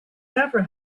never